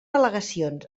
al·legacions